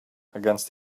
against